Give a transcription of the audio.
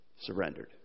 surrendered